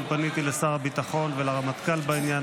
גם פניתי לשר הביטחון ולרמטכ"ל בעניין,